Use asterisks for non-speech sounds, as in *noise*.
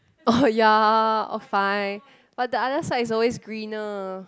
*noise* oh ya oh fine but the other side is always greener